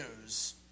news